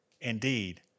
Indeed